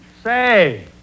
Say